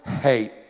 hate